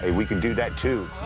ah we can do that, too.